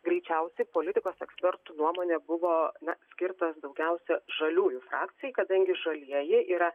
greičiausiai politikos ekspertų nuomonė buvo na skirtas daugiausia žaliųjų frakcijai kadangi žalieji yra